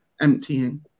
emptying